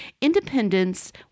independence